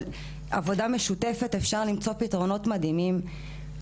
עבודה משותפת אפשר למצוא פתרונות מדהימים.